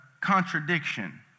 contradiction